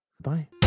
Bye